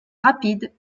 rapide